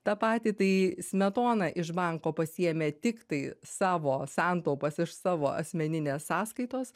tą patį tai smetona iš banko pasiėmė tiktai savo santaupas iš savo asmeninės sąskaitos